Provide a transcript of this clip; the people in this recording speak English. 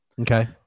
okay